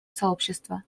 сообщества